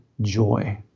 joy